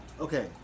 okay